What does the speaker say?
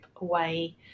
away